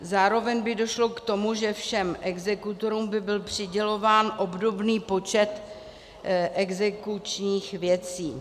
Zároveň by došlo k tomu, že všem exekutorům by byl přidělován obdobný počet exekučních věcí.